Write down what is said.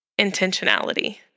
intentionality